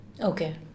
Okay